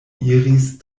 iris